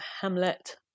Hamlet